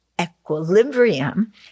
equilibrium